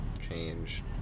change